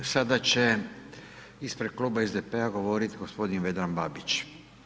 I sada će ispred kluba SDP-a govoriti gospodin Vedran Babić.